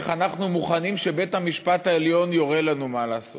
איך אנחנו מוכנים שבית-המשפט העליון יורה לנו מה לעשות,